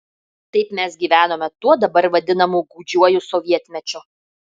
taip mes gyvenome tuo dabar vadinamu gūdžiuoju sovietmečiu